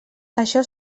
això